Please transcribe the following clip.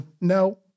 no